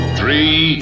three